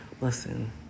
listen